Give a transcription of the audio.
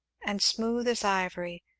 and smooth as ivory,